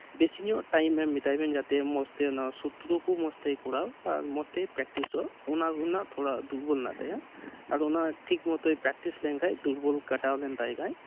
ᱵᱮᱥᱤ ᱧᱚᱜ ᱴᱟᱭᱤᱢ ᱮᱢ ᱢᱮᱛᱟᱭ ᱵᱮᱱ ᱡᱟᱛᱮ ᱢᱚᱸᱡᱽ ᱛᱮ ᱚᱱᱟ ᱥᱩᱛᱨᱚ ᱠᱚ ᱢᱚᱸᱡᱽ ᱛᱮᱭ ᱠᱚᱨᱟᱣ ᱟᱨ ᱢᱚᱸᱡᱽᱛᱮ ᱯᱨᱮᱠᱴᱤᱥᱚᱜ ᱚᱱᱟ ᱚᱱᱟ ᱛᱷᱚᱲᱟ ᱫᱩᱨᱵᱚᱞ ᱢᱮᱱᱟᱜ ᱛᱟᱭᱟ ᱟᱫᱚ ᱚᱱᱟ ᱴᱷᱤᱠ ᱢᱚᱛᱚᱭ ᱯᱮᱠᱴᱤᱥ ᱞᱮᱱ ᱠᱷᱟᱡ ᱫᱩᱨᱵᱚᱞ ᱠᱟᱴᱟᱣ ᱞᱮᱱ ᱛᱟᱭ ᱠᱷᱟᱡ